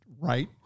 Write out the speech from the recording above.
right